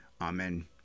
Amen